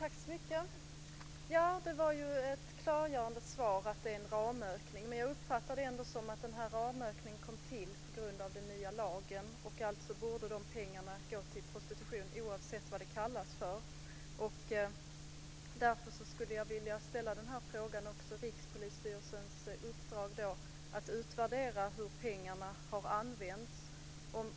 Fru talman! Det var ett klargörande svar att det är fråga om en ramökning. Jag uppfattade det ändå som att ramökningen kom till på grund av den nya lagen. Alltså borde de pengarna gå till bekämpning av prostitution, oavsett vad den kallas för. Därför vill jag ställa frågan om Rikspolisstyrelsens uppdrag att utvärdera hur pengarna har använts.